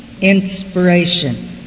inspiration